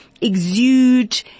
exude